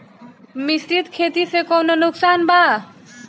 मिश्रित खेती से कौनो नुकसान बा?